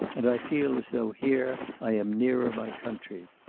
and i feel as though here, i am nearer my country.